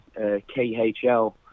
KHL